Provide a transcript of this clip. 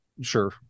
sure